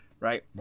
right